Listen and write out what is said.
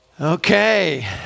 Okay